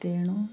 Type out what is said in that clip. ତେଣୁ